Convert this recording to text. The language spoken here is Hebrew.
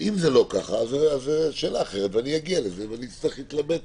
בכל מקרה, אני אגיע לזה ואני אצטרך להתלבט